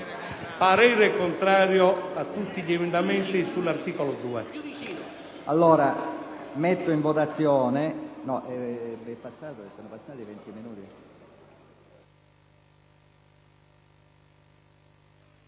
parere contrario su tutti gli emendamenti all’articolo 4.